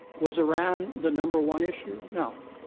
was iran the number one issue? no.